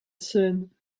sane